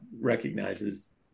recognizes